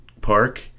park